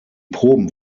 proben